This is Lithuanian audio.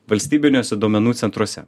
valstybiniuose duomenų centruose